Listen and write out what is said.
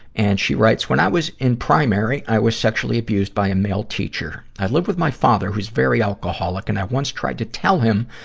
and she writes, when i was in primary, i was sexually abused by a male teacher. i lived with my father, who's very alcoholic, and i once tried to tell him,